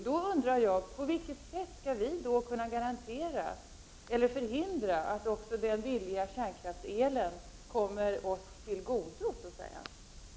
Då undrar jag på vilket sätt vi kan förhindra att den billiga kärnkraftselen kommer också oss så att säga till godo.